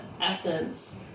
essence